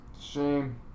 Shame